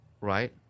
right